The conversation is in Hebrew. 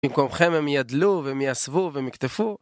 במקומכם הם ידלו והם יעשבו והם יקטפו